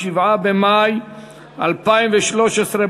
7 במאי 2013,